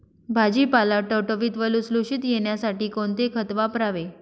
भाजीपाला टवटवीत व लुसलुशीत येण्यासाठी कोणते खत वापरावे?